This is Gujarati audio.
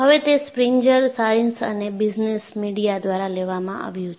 હવે તે સ્પ્રિંગર સાયન્સ અને બિઝનેસ મીડિયા દ્વારા લેવામાં આવ્યું છે